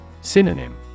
Synonym